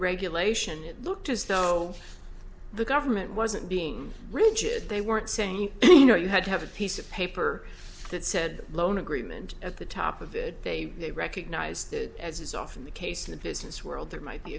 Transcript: regulation it looked as though the government wasn't being rigid they weren't saying you know you had to have a piece of paper that said the loan agreement at the top of it they they recognize that as is often the case in the business world there might be